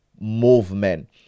movement